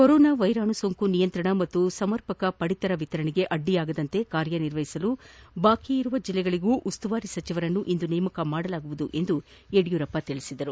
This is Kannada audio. ಕೊರೊನಾ ವೈರಾಣು ಸೋಂಕು ನಿಯಂತ್ರಣ ಹಾಗೂ ಸಮರ್ಪಕ ಪಡಿತರ ವಿತರಣೆಗೆ ಅಡ್ಡಿಯಾಗದಂತೆ ಕಾರ್ಯ ನಿರ್ವಹಿಸಲು ಬಾಕಿ ಇರುವ ಜಲ್ಲೆಗಳಿಗೂ ಉಸ್ತುವಾರಿ ಸಚಿವರನ್ನು ಇಂದು ನೇಮಕ ಮಾಡಲಾಗುವುದು ಎಂದು ಯಡಿಯೂರಪ್ಪ ತಿಳಿಸಿದರು